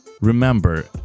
remember